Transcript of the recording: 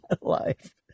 life